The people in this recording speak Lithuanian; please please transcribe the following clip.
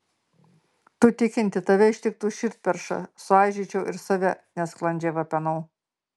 tu tikinti tave ištiktų širdperša suaižyčiau ir save nesklandžiai vapenau